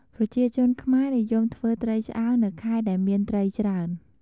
ប្រជាជនខ្មែរនិយមធ្វើត្រីឆ្អើរនៅខែដែលមានត្រីច្រើន។